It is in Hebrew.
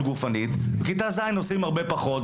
גופנית ובכיתה ז' עושים הרבה פחות.